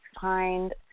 find